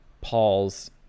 Paul's